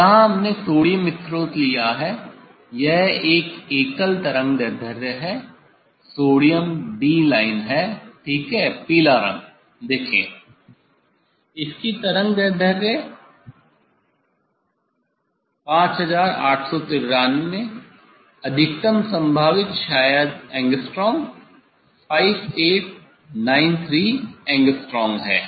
यहाँ हमने सोडियम स्रोत लिया है यह एक एकल तरंगदैर्ध्य है सोडियम 'D' लाइन है ठीक है पीला रंग देखें इसकी तरंगदैर्ध्य 5893 अधिकतम संभावित शायद एंगस्ट्रॉम 5893 Å है